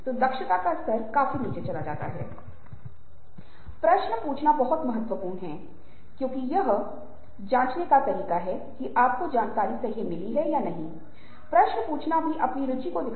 तो उस संदर्भ में हमें अमेरिकी संदर्भ में कहना चाहिए और केवल अमेरिकी संदर्भ क्यों भारत में कई शहरी संदर्भों में आप पातेहैं कि व्यक्ति का ध्यान केंद्रित हो जाता है परिवार अन्य लोग उसके बाद आते हैं